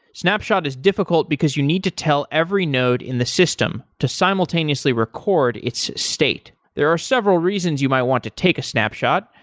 snapshot is difficult because you need to tell every node in the system to simultaneously record its state. there are several reasons you might want to take a snapshot.